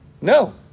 No